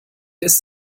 ist